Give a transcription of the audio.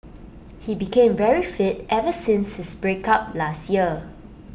he became very fit ever since his breakup last year